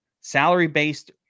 salary-based